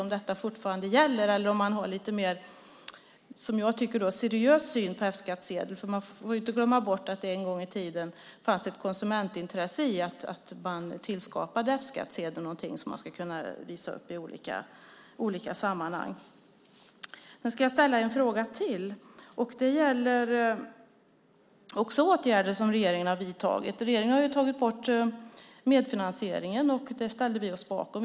Gäller det fortfarande, eller har man en mer seriös syn på F-skattsedel? Man får inte glömma bort att det en gång i tiden fanns ett konsumentintresse i att man skapade F-skattsedeln som är något som man ska kunna visa upp i olika sammanhang. Jag ska ställa en fråga till. Den gäller också åtgärder som regeringen har vidtagit. Regeringen har ju tagit bort medfinansieringen. Det ställde vi oss bakom.